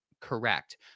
correct